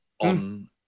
on